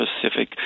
Pacific